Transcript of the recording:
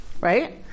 right